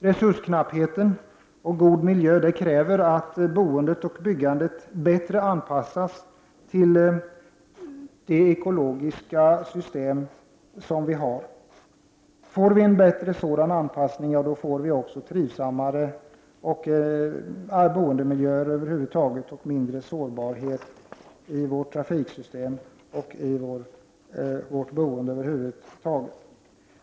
Resursknappheten och god miljö kräver att boendet och byggandet bättre anpassas till de ekologiska system som vi har. Med en bättre sådan anpassning får vi också trivsammare boendemiljöer och lägre sårbarhet i våra trafiksystem och i vårt boende.